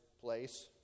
place